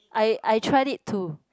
I I tried it too